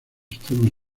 extremos